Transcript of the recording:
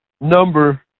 number